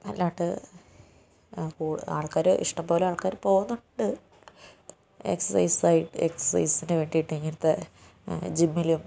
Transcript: അല്ലാണ്ട് ആൾക്കാർ ഇഷ്ടംപോലെ ആൾക്കാർ പോവുന്നുണ്ട് എക്സർസൈസ് ആയിട്ട് എക്സർസൈസിന് വേണ്ടീട്ട് ഇങ്ങനത്തെ ജിമ്മിലും